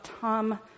Tom